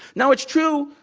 no, it's true.